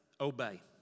obey